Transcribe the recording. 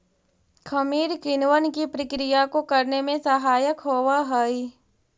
खमीर किणवन की प्रक्रिया को करने में सहायक होवअ हई